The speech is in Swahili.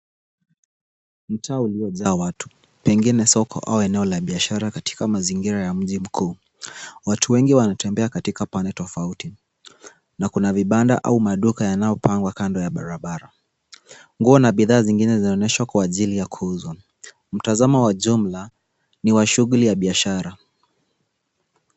Mtaa uliojaa watu pengine soko au eneo la biashara katika mazingira ya mji mkuu. Watu wengi wanatembea katika pande tofauti na kuna vibanda au maduka yanayopangwa kando ya barabara. Nguo na bidhaa zingine zinaonyeshwa kwa ajili ya kuuzwa. Mtazamo wa jumla ni wa shughuli ya biashara.